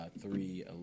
three